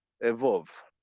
evolve